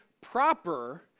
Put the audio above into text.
proper